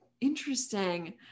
Interesting